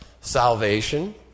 Salvation